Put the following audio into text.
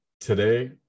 today